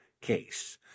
case